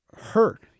hurt